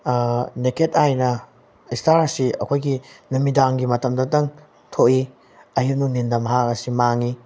naked ꯑꯥꯏꯅ ꯏꯁꯇꯥꯔ ꯑꯁꯤ ꯑꯩꯈꯣꯏꯒꯤ ꯅꯨꯃꯤꯗꯥꯡꯒꯤ ꯃꯇꯝꯗꯇꯪ ꯊꯣꯛꯏ ꯑꯌꯨꯛ ꯅꯨꯡꯊꯤꯜꯗ ꯃꯍꯥꯛ ꯑꯁꯤ ꯃꯥꯡꯉꯤ